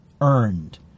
earned